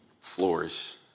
flourish